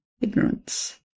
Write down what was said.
ignorance